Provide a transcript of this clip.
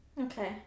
Okay